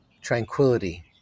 tranquility